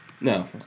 No